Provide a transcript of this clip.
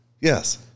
Yes